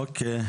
אוקיי.